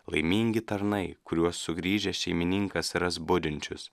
laimingi tarnai kuriuos sugrįžęs šeimininkas ras budinčius